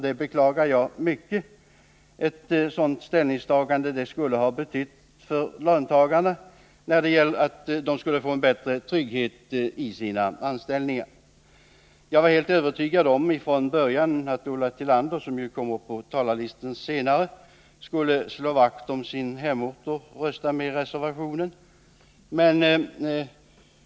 Detta beklagar jag mycket. Ett sådant ställningstagande skulle ha betytt mycket för löntagarna när det gäller deras anställningstrygghet. Jag var tidigare helt övertygad om att Ulla Tillander, som ju kommer att delta i debatten senare, skulle slå vakt om sin hemort och rösta för vår reservation.